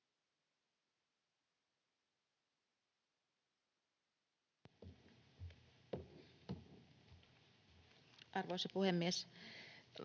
Arvoisa puhemies!